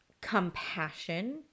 compassion